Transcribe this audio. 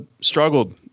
struggled